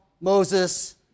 Moses